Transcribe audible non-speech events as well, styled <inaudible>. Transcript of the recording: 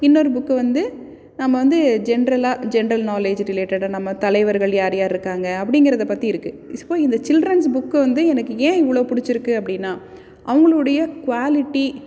இன்னொரு புக்கு வந்து நம்ம வந்து ஜென்ட்ரலாக ஜென்ட்ரல் நாலேஜ் ரிலேட்டடாக நம்ம தலைவர்கள் யார் யார் இருக்காங்க அப்படிங்கிறத பற்றி இருக்குது <unintelligible> இந்த சில்ட்ரன்ஸ் புக்கு வந்து எனக்கு ஏன் இவ்வளோ பிடிச்சிருக்கு அப்படின்னா அவங்களுடைய குவாலிட்டி